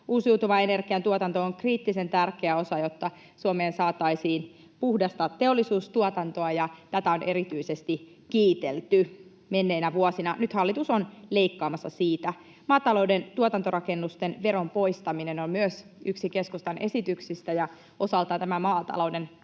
Uusiutuvan energian tuotanto on kriittisen tärkeä osa, jotta Suomeen saataisiin puhdasta teollisuustuotantoa, ja tätä on erityisesti kiitelty menneinä vuosina. Nyt hallitus on leikkaamassa siitä. Maatalouden tuotantorakennusten veron poistaminen on myös yksi keskustan esityksistä, ja osaltaan tämä maatalouden